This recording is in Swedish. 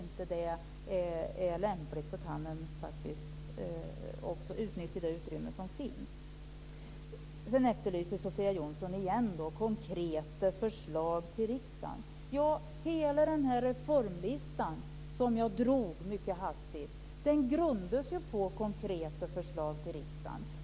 Sedan efterlyser Sofia Jonsson igen konkreta förslag till riksdagen. Hela den reformlista som jag mycket hastigt räknade upp grundas ju på konkreta förslag till riksdagen.